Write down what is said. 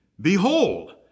behold